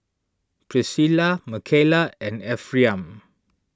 Pricilla Mckayla and Ephriam